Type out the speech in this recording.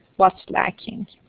what's lacking?